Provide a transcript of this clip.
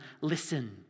listen